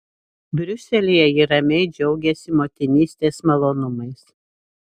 briuselyje ji ramiai džiaugiasi motinystės malonumais